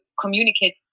communicate